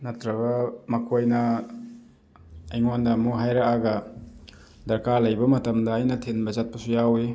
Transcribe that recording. ꯅꯠꯇ꯭ꯔꯒ ꯃꯈꯣꯏꯅ ꯑꯩꯉꯣꯟꯗ ꯑꯃꯨꯛ ꯍꯥꯏꯔꯛꯑꯒ ꯗꯔꯀꯥꯔ ꯂꯩꯕ ꯃꯇꯝꯗ ꯑꯩꯅ ꯊꯤꯟꯕ ꯆꯠꯄꯁꯨ ꯌꯥꯎꯋꯤ